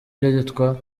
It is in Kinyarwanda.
byitwa